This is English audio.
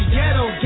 ghetto